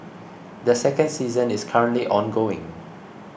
the second season is currently ongoing